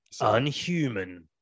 Unhuman